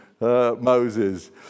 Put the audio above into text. Moses